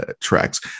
tracks